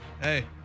hey